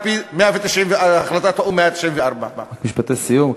על-פי החלטת האו"ם 194. משפטי סיום,